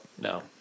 No